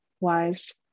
wise